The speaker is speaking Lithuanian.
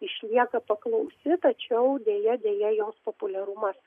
išlieka paklausi tačiau deja deja jos populiarumas